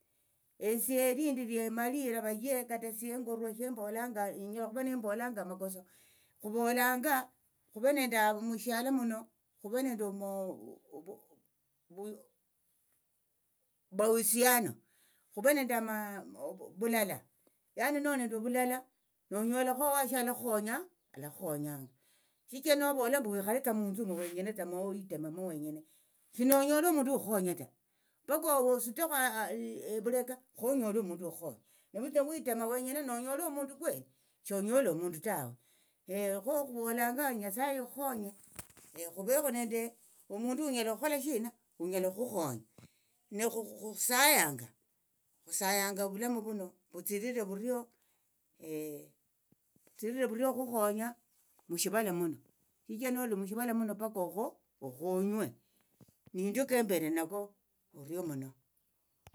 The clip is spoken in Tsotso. Esie elindi liemalira vaye kata esie engorwa shembolanga enyalakhuva nembolanga amakoso khuvolanga khuve nende mushialo muno khuve nende vuhusiano khuve nende vulala lano noli nende ovulala nonyolakho owashio alakhukhonyanga shichira novola mbu wikhaletsa munthu umu wenyenetsa mowetememo wenyene shinonyole omundu hukhukhonya ta paka osutekho evuleka khonyole omundu hukhonya nevutsa witema wenyena nonyole omundu kweli shonyola kho khuvolanga nyasaye ikhukhonye khuvekho nende omundu onyala okhukhola shina hunyala okhukhonya nekhusayanga khusayanga ovulamu vuno vutsirire vurio okhukhonya mushivala muno shichira noli mushivala muno paka okho okhonywe nendio kembere nako orio muno.